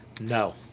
No